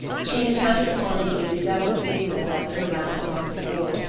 she had counted upon an even dozen seating themselves at her round mahogany board,